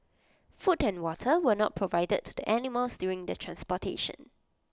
food and water were not provided to the animals during the transportation